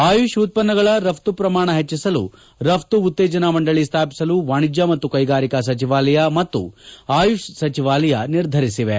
ಆಯುಷ್ ಉತ್ಪನ್ನಗಳ ರಫ್ತು ಪ್ರಮಾಣ ಹೆಚ್ಚಸಲು ರಫ್ತು ಉತ್ತೇಜನಾ ಮಂಡಳಿ ಸ್ವಾಪಿಸಲು ವಾಣಿಜ್ಞ ಮತ್ತು ಕೈಗಾರಿಕಾ ಸಚಿವಾಲಯ ಮತ್ತು ಆಯುಷ್ ಸಚಿವಾಲಯ ನಿರ್ಧರಿಸಿವೆ